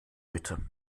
bitte